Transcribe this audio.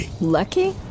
Lucky